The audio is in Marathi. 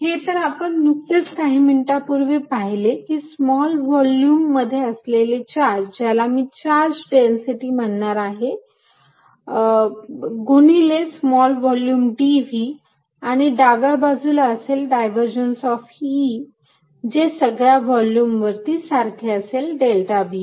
हे तर आपण नुकतेच काही मिनिटांपूर्वी पाहिले स्मॉल व्हॉल्युम मध्ये असलेले चार्ज ज्याला मी चार्ज डेन्सिटी म्हणणार आहे गुणिले स्मॉल व्हॉल्युम dv आणि डाव्या बाजूला असेल डायव्हरजन्स ऑफ E जे सगळ्या व्हॉल्युमवरती सारखे असेल डेल्टा V